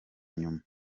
nyuma